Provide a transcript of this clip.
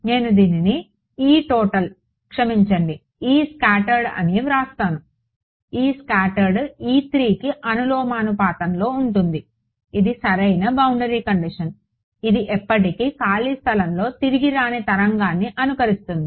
నేను దీనిని E total క్షమించండి E స్కాట్టర్డ్ అని వ్రాస్తాను E స్కాట్టర్డ్ E3కి అనులోమానుపాతంలో ఉంటుంది ఇది సరైన బౌండరీ కండిషన్ ఇది ఎప్పటికీ ఖాళీ స్థలంలో తిరిగి రాని తరంగాన్ని అనుకరిస్తుంది